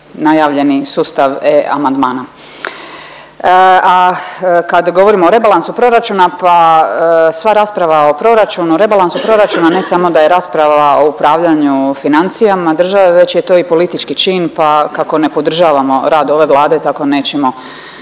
najavljeni sustav e-amandmana. A kada govorimo o rebalansu proračuna pa sva rasprava o proračunu o rebalansu proračuna ne samo da je rasprava o upravljanju financijama države već je to i politički čin, pa kako ne podržavamo rad ove Vlade tako nećemo